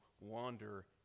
wander